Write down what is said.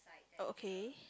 oh okay